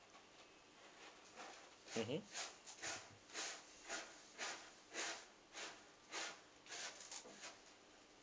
mmhmm